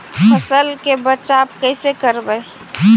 फसल के बचाब कैसे करबय?